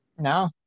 no